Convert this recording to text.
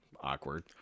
awkward